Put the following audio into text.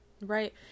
right